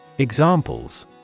Examples